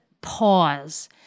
pause